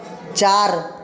চার